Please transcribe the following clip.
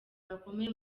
bakomeye